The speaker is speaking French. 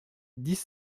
dix